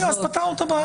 אז פתרנו את הבעיה.